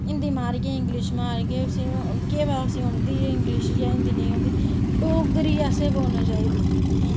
हिंदी मारगे इंग्लिश मारगे केह् पता उसी औंदी इंगलिश जां हिंद नेईं औंदी डोगरी असें बोलना चाहिदी